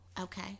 Okay